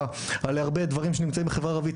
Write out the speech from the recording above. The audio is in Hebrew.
על הרבה דברים שנמצאים בחברה הערבית,